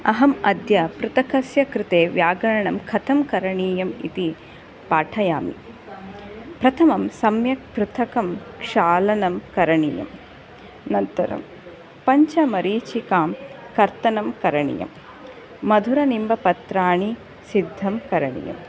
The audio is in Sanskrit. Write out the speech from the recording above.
अहम् अद्य पृथुकस्य कृते व्यागरणं कथं करणीयम् इति पाठयामि प्रथमं सम्यक् पृथुकं क्षालनं करणीयं अनन्तरं पञ्चमरीचिकां कर्तनं करणीयं मधुरनिम्बपत्राणि सिद्धं करणीयम्